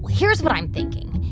here's what i'm thinking.